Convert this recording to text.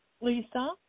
Lisa